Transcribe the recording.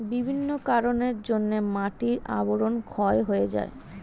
বিভিন্ন কারণের জন্যে মাটির আবরণ ক্ষয় হয়ে যায়